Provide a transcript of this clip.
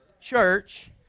Church